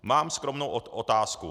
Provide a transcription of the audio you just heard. Mám skromnou otázku.